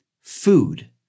food